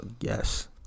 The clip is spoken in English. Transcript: Yes